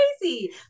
crazy